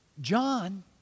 John